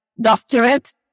doctorate